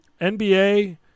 NBA